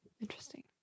Interesting